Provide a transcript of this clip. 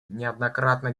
неоднократно